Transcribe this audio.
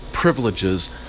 privileges